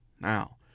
Now